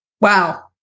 Wow